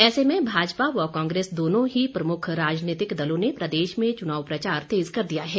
ऐसे में भाजपा व कांग्रेस दोनों ही प्रमुख राजनीतिक दलों ने प्रदेश में चुनाव प्रचार तेज कर दिया है